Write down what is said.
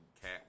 Cat